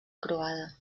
croada